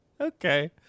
Okay